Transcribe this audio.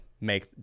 make